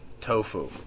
tofu